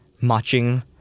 marching